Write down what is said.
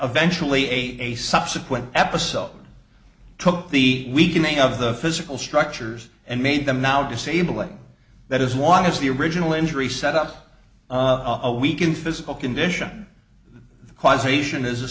eventually a subsequent episode took the weakening of the physical structures and made them now disabling that is one is the original injury set up a week in physical condition the causation is a